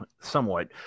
somewhat